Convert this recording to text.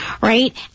right